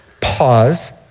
pause